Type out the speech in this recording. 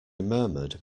murmured